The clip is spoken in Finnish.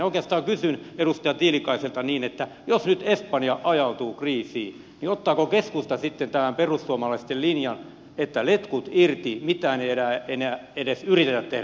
oikeastaan kysyn edustaja tiilikaiselta niin että jos nyt espanja ajautuu kriisiin ottaako keskusta sitten tämän perussuomalaisten linjan että letkut irti mitään ei enää edes yritetä tehdä siinä vaiheessa